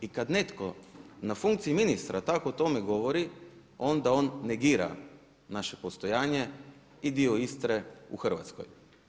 I kad netko na funkciji ministra tako o tome govori onda on negira naše postojanje i dio Istre u Hrvatskoj.